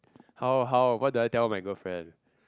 how how what do I tell my girlfriend